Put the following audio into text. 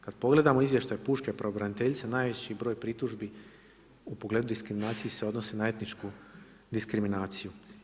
Kada pogledamo izvještaj Pučke pravobraniteljica najveći broj pritužbi u pogledu diskriminacije se odnosi na etničku diskriminaciju.